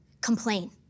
complain